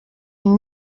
une